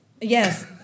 Yes